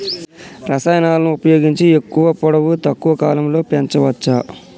రసాయనాలను ఉపయోగించి ఎక్కువ పొడవు తక్కువ కాలంలో పెంచవచ్చా?